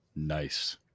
nice